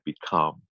become